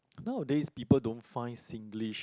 nowadays people don't find Singlish